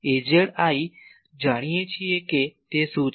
Az I જાણીએ કે તે શું છે